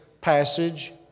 passage